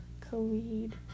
Khaled